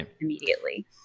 immediately